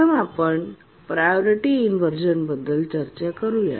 प्रथम आपण priority inversion बद्दल चर्चा करूया